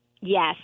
Yes